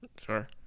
Sure